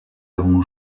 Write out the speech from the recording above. avons